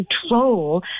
control